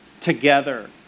together